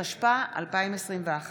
התשפ"א 2021,